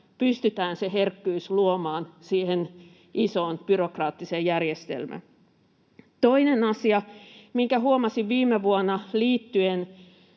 pystytään luomaan siihen isoon byrokraattiseen järjestelmään. Toinen asia, minkä huomasin viime vuonna liittyen